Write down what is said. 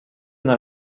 dans